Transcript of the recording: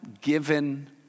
given